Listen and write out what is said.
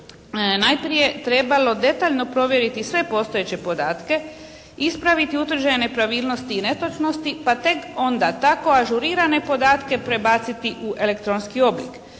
najprije trebalo detaljno provjeriti sve postojeće podatke, ispraviti utvrđene nepravilnosti i netočnosti pa tek onda tako ažurirane podatke prebaciti u elektronski oblik